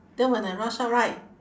then when I rush out right